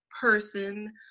person